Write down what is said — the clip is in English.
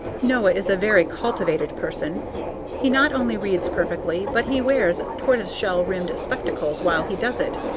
noah is a very cultivated person he not only reads perfectly, but he wears tortoise-shell-rimmed spectacles while he does it.